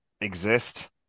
exist